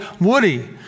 Woody